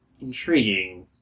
intriguing